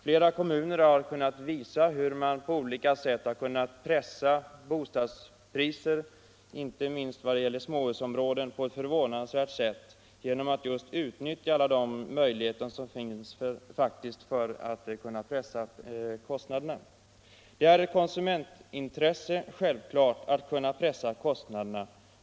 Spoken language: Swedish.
Flera kommuner har visat hur man på olika sätt kunnat sänka bostadspriserna förvånansvärt mycket, inte minst vad det gäller småhusområden, genom att just utnyttja alla de möjligheter som finns att pressa kostnaderna. Det är självklart ett konsumentintresse att kunna pressa kostnaderna.